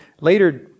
Later